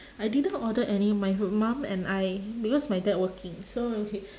I didn't order any my h~ mum and I because my dad working so okay